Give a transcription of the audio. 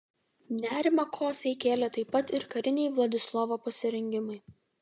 nerimą kosai kėlė taip pat ir kariniai vladislovo pasirengimai